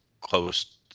close